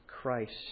Christ